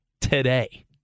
today